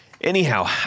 anyhow